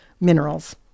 minerals